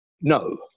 no